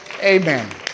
Amen